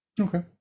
okay